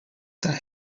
that